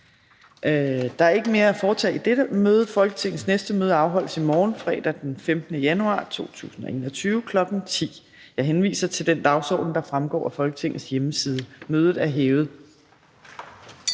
Der er ikke mere at foretage i dette møde. Folketingets næste møde afholdes i morgen, fredag den 15. januar 2021, kl. 10.00. Jeg henviser til den dagsorden, der fremgår af Folketingets hjemmeside. Mødet er hævet.